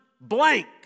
blank